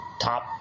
top